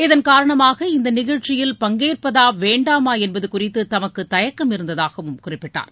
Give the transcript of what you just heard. இதன் காரணமாக இந்த நிகழ்ச்சியில் பங்கேற்பதா வேண்டாமா என்பது குறித்து தமக்கு தயக்கம் இருந்ததாகவும் குறிப்பிட்டார்